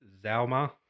Zalma